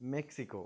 Mexico